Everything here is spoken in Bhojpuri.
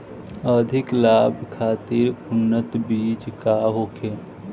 अधिक लाभ खातिर उन्नत बीज का होखे?